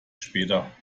später